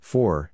four